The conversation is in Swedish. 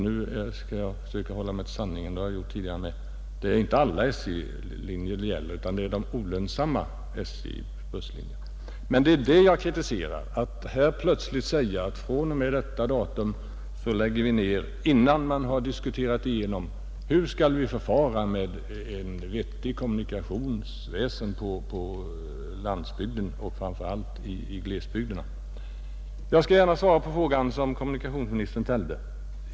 Nu skall jag försöka hålla mig till sanningen liksom jag gjort tidigare också: det gäller inte alla busslinjer utan de olönsamma SJ-busslinjerna. Vad jag kritiserar är att man plötsligt säger att linjerna fr.o.m. en viss dag skall läggas ner, fastän man inte har diskuterat hur vi skall förfara med kommunikationerna på landsbygden och framför allt i glesbygderna. Jag skall gärna svara på den fråga som kommunikationsministern ställde.